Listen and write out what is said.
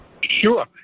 Sure